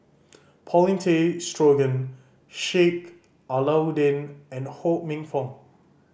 Paulin Tay Straughan Sheik Alau'ddin and Ho Minfong